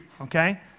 okay